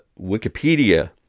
wikipedia